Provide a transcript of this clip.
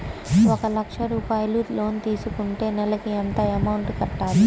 ఒక లక్ష రూపాయిలు లోన్ తీసుకుంటే నెలకి ఎంత అమౌంట్ కట్టాలి?